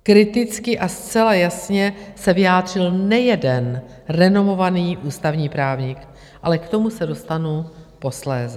Kriticky a zcela jasně se vyjádřil nejeden renomovaný ústavní právník, ale k tomu se dostanu posléze.